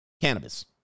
cannabis